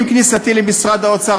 עם כניסתי למשרד האוצר,